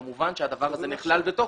כמובן שהדבר הזה נכלל בתוכו.